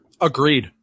Agreed